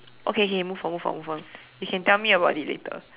okay okay move on move on move on you can tell me about it later